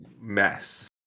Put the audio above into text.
mess